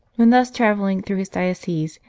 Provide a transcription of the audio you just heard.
when thus travelling through his diocese,